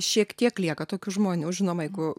šiek tiek lieka tokių žmonių žinoma jeigu